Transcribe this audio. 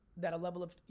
that a level of,